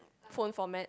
phone format